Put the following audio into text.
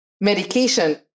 medication